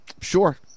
Sure